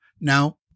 Now